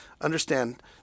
understand